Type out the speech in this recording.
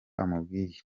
amubwiye